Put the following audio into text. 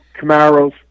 Camaros